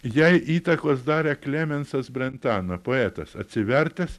jai įtakos darė klemensas brentano poetas atsivertęs